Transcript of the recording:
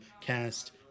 cast